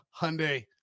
Hyundai